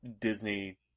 Disney